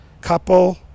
couple